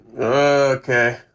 Okay